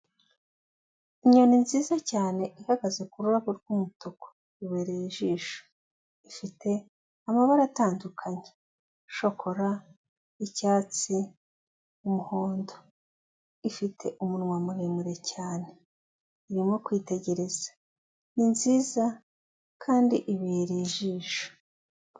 Inyoni nziza cyane ihagaze ku rurabo rw'umutuku, ibereye ijisho, ifite amabara atandukanye shokora, icyatsi, umuhondo, ifite umunwa muremure cyane, irimo kwitegereza, ni nziza kandi ibereye ijisho.